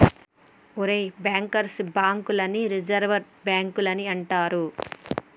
ఒరేయ్ bankers bank లని reserve బాంకులని అంటారు